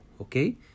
okay